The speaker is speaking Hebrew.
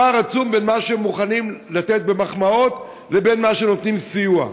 פער עצום בין מה שהם מוכנים לתת במחמאות לבין מה שנותנים בסיוע: